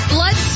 Blood